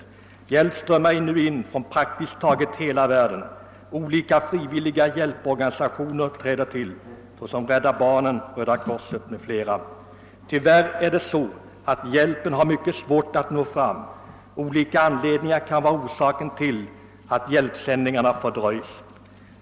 Hjälpsändningar strömmar nu in till Pakistan från praktiskt taget hela världen. Olika frivilliga hjälporganisationer träder tili, exempelvis Rädda barnen, Röda korset m.fl. Tyvärr har dock hjälpen mycket svårt att nå fram. Anledningarna till att hjälpsändningarna fördröjs är flera.